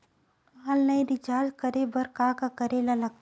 Online recharge करे बर का का करे ल लगथे?